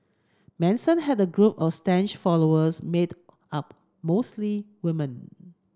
Manson had a group of staunch followers made up mostly woman